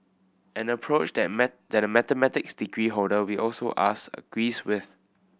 an approach that a that a mathematics degree holder we also asked agrees with